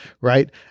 Right